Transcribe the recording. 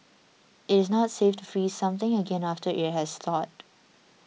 it is not safe to freeze something again after it has thawed